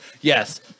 Yes